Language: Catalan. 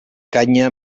canya